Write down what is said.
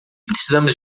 precisamos